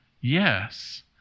yes